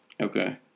Okay